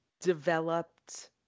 developed